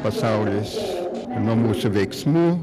pasaulis nuo mūsų veiksmų